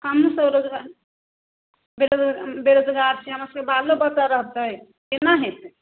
कौनसँ रोजगार बेरो बेरोजगार छी हमरासबके बालो बच्चा रहतै कोना हेतै